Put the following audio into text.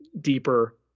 deeper